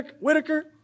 Whitaker